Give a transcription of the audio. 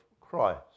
Christ